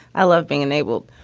i love being enabled.